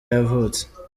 yavutse